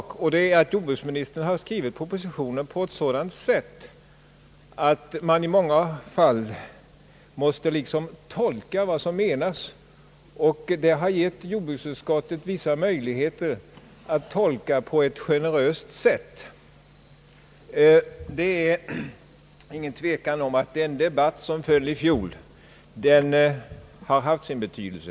En annan sak är att jordbruksministern har skrivit propo sitionen på ett sådant sätt att man i många fall måste försöka tolka vad han menat, och det har gett jordbruksutskottet vissa möjligheter att tolka hans uttalanden på ett generöst sätt. Det är ingen tvekan om att den debatt som hölls i fjol har haft sin stora betydelse.